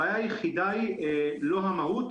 הבעיה היחידה היא לא המהות,